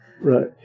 right